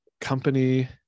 company